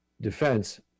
Defense